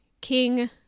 king